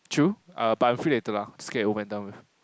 true uh but I'm free later lah just get it over and done with